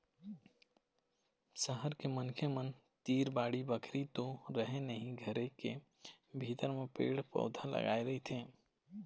सहर के मनखे मन तीर बाड़ी बखरी तो रहय नहिं घरेच के भीतर म पेड़ पउधा लगाय रहिथे